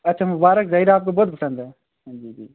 اچھا مبارک ظہیر آپ کو بہت پسند ہے جی جی